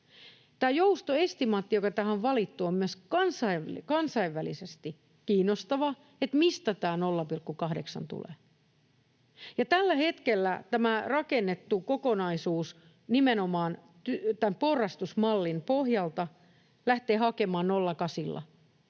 Tämä joustoestimaatti, joka tähän on valittu, on myös kansainvälisesti kiinnostava: mistä tämä 0,8 tulee. Ja tällä hetkellä tämä rakennettu kokonaisuus nimenomaan tämän porrastusmallin pohjalta lähtee hakemaan 0,8:lla